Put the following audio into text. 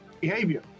behavior